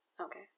Okay